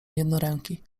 jednoręki